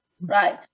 Right